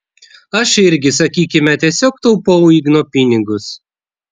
aš irgi sakykime tiesiog taupau igno pinigus